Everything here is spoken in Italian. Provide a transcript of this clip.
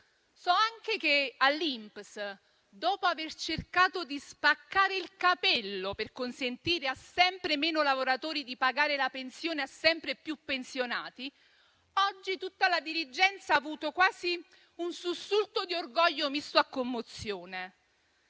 So anche che all'INPS, dopo aver cercato di spaccare il capello per consentire a sempre meno lavoratori di pagare la pensione a sempre più pensionati, oggi tutta la dirigenza ha avuto quasi un sussulto di orgoglio misto a commozione.